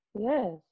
Yes